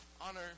honor